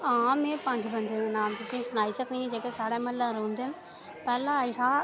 आं में पंज पंज नांऽ सनाई सकनी आं जेह्के साढ़े म्हल्ले रौहंदे न पैह्ला आया